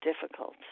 difficult